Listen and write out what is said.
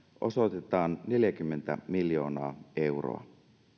osoitetaan neljäkymmentä miljoonaa euroa